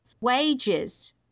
Wages